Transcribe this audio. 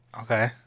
Okay